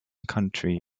country